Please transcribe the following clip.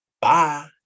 Bye